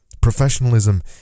Professionalism